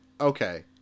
Okay